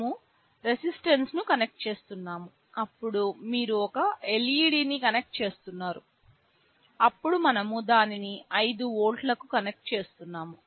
మనము రెసిస్టెన్స్ను కనెక్ట్ చేస్తున్నాము అప్పుడు మీరు ఒక LED ని కనెక్ట్ చేస్తున్నారు అప్పుడు మనము దానిని 5 వోల్ట్లకు కనెక్ట్ చేస్తున్నాము